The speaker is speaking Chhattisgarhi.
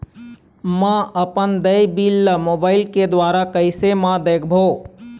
म अपन देय बिल ला मोबाइल के द्वारा कैसे म देखबो?